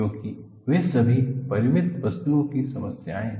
क्योंकि वे सभी परिमित वस्तु की समस्याएं है